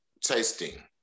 tasting